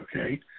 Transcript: okay